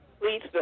please